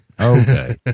Okay